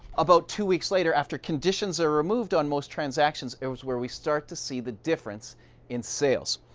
about two weeks later, after conditions are removed on most transactions, is was where we start to see the difference in sales.